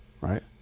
right